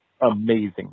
amazing